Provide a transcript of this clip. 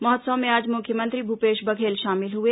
महोत्सव में आज मुख्यमंत्री भूपेश बधेल शामिल हुए